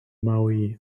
maui